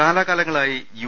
കാലാകാലങ്ങളായി യു